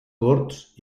corts